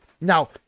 Now